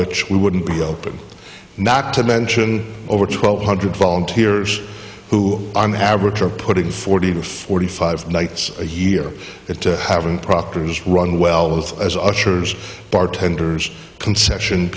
which we wouldn't be open not to mention over twelve hundred volunteers who on average are putting forty to forty five nights a year it to have an proctors run well that's assures bartenders conception